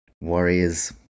Warriors